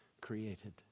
created